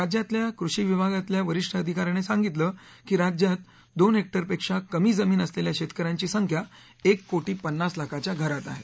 राज्यातल्या कृषी विभागातल्या वरिष्ठ अधिका यांने सांगितलं की राज्यात दोन हेक्टरपेक्षा कमी जमीन असलेल्या शेतक यांची संख्या एक कोटी पन्नास लाखाच्या घरात आहे